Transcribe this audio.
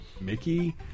Mickey